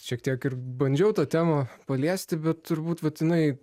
šiek tiek ir bandžiau tą temą paliesti bet turbūt vat jinai